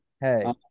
Hey